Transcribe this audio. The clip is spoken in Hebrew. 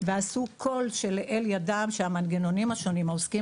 ועשו כל שלאל ידם שהמנגנונים השונים העוסקים